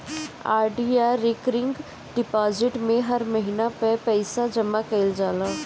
RD या recurring deposit में हर महिना पअ पईसा जमा कईल जाला